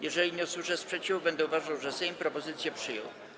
Jeżeli nie usłyszę sprzeciwu, będę uważał, że Sejm propozycje przyjął.